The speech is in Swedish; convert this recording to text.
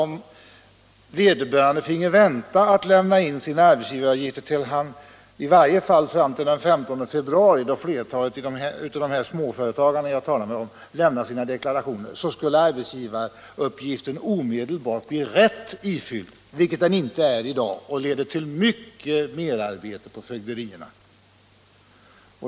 Om vederbörande finge vänta med att lämna in sina arbetsgivaruppgifter i varje fall fram till den 15 februari, då flertalet av de småföretagare jag talade om lämnar sina deklarationer, skulle man i stället vinna den fördelen att arbetsgivaruppgiften från början blir rätt ifylld. Det blir den inte i dag, och detta leder till mycket merarbete på fögderierna.